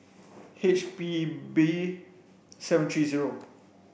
H P B seven three zero